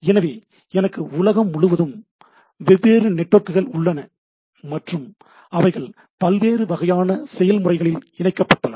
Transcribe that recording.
எனவே எனக்கு உலகம் முழுவதும் வெவ்வேறு நெட்வொர்க்குகள் உள்ளன மற்றும் அவைகள் பல்வேறு வகையான செயல்முறைகளில் இணைக்கப்பட்டுள்ளன